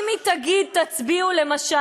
אם שדולת הנשים תגיד: תצביעו לביבי,